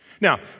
Now